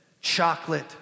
chocolate